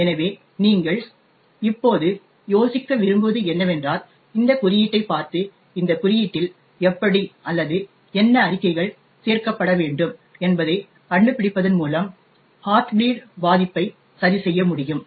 எனவே நீங்கள் இப்போது யோசிக்க விரும்புவது என்னவென்றால் இந்த குறியீட்டைப் பார்த்து இந்த குறியீட்டில் எப்படி அல்லது என்ன அறிக்கைகள் சேர்க்கப்பட வேண்டும் என்பதைக் கண்டுபிடிப்பதன் மூலம் ஹார்ட் பிளீட் பாதிப்பை சரிசெய்ய முடியும்